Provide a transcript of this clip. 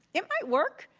it might work.